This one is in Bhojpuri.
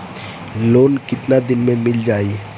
लोन कितना दिन में मिल जाई?